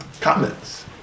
Comments